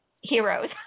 heroes